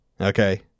okay